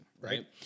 right